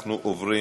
אנחנו עוברים